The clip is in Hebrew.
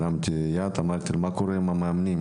אבל הרמתי יד ושאלתי: "מה קורה עם המאמנים?".